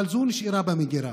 אבל זו נשארה במגירה.